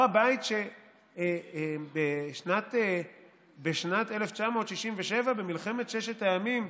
הר הבית, שבשנת 1967, במלחמת ששת הימים,